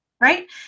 right